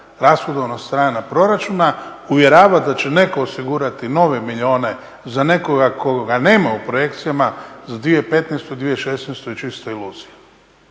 rashodovna strana proračuna uvjerava da će netko osigurati nove milijune za nekoga koga nema u projekcijama za 2015., 2016.čista je iluzija.